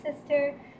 sister